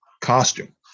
costume